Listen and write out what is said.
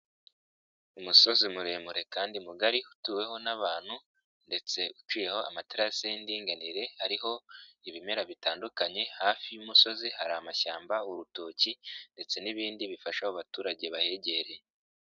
Umusozi muremure kandi mugari utuweho n'abantu ndetse uciyeho amatera y'indinganire, hariho ibimera bitandukanye, hafi y'umusozi hari amashyamba, urutoki ndetse n'ibindi bifasha abo baturage bahegereye.